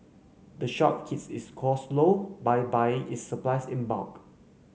the shop keeps its costs low by buying its supplies in bulk